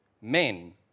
Men